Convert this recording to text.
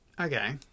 Okay